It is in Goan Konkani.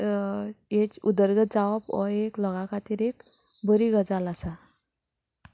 एज उदरगत जावप हो एक लोकां खातीर एक बरी गजाल आसा